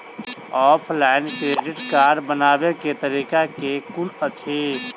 Offline credit card बनाबै केँ तरीका केँ कुन अछि?